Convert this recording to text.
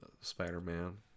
Spider-Man